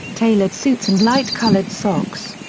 tailored suits and light-colored socks.